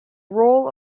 role